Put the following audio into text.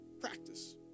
practice